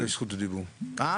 תודה,